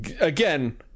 Again